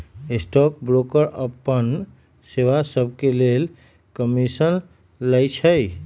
stock broker अप्पन सेवा सभके लेल कमीशन लइछइ